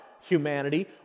humanity